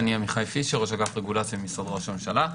אני ראש אגף הרגולציה במשרד ראש הממשלה.